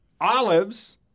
Olives